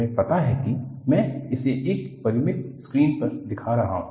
तुम्हें पता है कि मैं इसे एक परिमित स्क्रीन पर दिखा रहा हूं